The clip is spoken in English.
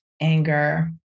anger